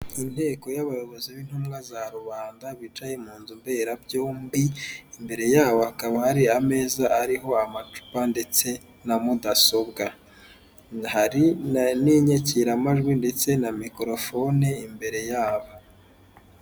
Inteko y'abayobozi b'intumwa za rubanda, bicaye mu nzu mberabyombi, imbere yabo hakaba hari ameza ariho amacupa ndetse na mudasobwa, hari n'inyakiramajwi ndetse na mikorofone imbere yabo.